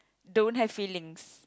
don't have feelings